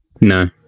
No